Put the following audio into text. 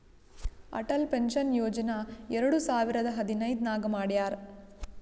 Atal pension Yojana ಎರಡು ಸಾವಿರದ ಹದಿನೈದ್ ನಾಗ್ ಮಾಡ್ಯಾರ್